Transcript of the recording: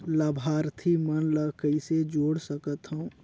लाभार्थी मन ल कइसे जोड़ सकथव?